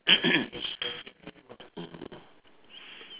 mm